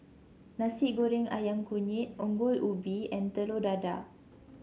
Nasi Goreng ayam kunyit Ongol Ubi and Telur Dadah